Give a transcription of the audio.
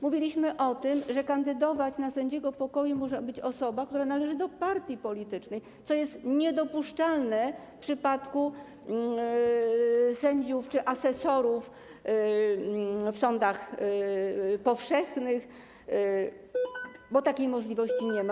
Mówiliśmy o tym, że kandydować na sędziego pokoju może osoba, która należy do partii politycznej, co jest niedopuszczalne w przypadku sędziów czy asesorów w sądach powszechnych, bo takiej możliwości nie ma.